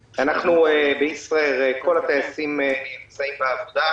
בישראייר כל הטייסים נמצאים בעבודה,